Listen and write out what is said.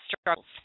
struggles